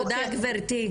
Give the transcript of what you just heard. תודה גברתי.